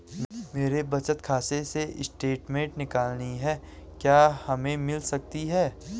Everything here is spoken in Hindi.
मेरे बचत खाते से स्टेटमेंट निकालनी है क्या हमें मिल सकती है?